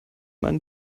man